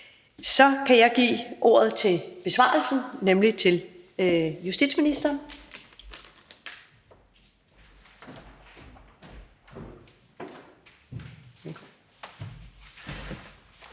Så kan jeg give ordet for besvarelsen, nemlig til justitsministeren.